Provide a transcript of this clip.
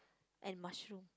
and mushroom